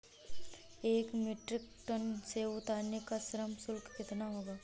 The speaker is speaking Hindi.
एक मीट्रिक टन सेव उतारने का श्रम शुल्क कितना होगा?